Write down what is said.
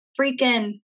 freaking